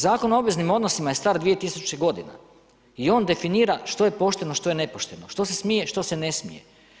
Zakon o obveznim odnosima je star 2000. godina i on definira što je pošteno što je nepošteno, što se smije što se ne smije.